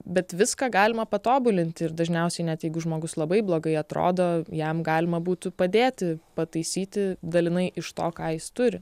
bet viską galima patobulinti ir dažniausiai net jeigu žmogus labai blogai atrodo jam galima būtų padėti pataisyti dalinai iš to ką jis turi